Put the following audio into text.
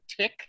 Tick